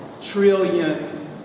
trillion